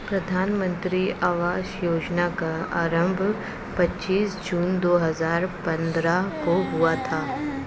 प्रधानमन्त्री आवास योजना का आरम्भ पच्चीस जून दो हजार पन्द्रह को हुआ था